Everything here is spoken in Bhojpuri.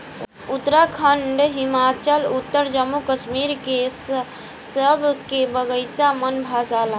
उत्तराखंड, हिमाचल अउर जम्मू कश्मीर के सेब के बगाइचा मन भा जाला